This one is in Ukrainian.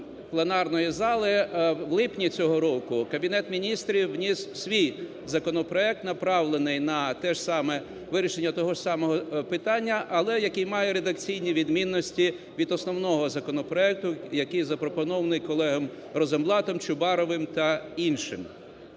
пленарної зали, в липні цього року Кабінет Міністрів вніс свій законопроект, направлений на те ж саме вирішення того ж самого питання, але який має редакційні відмінності від основного законопроекту, який запропонований колегами Розенблатом, Чубаровим та іншими.